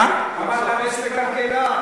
כמה עלתה המסיבה?